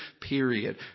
period